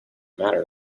matter